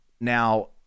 Now